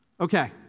Okay